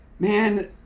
Man